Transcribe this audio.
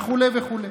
וכו' וכו'.